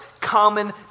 common